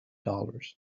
dollars